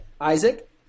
Isaac